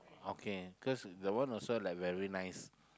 okay cause the one also like very nice